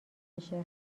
میشه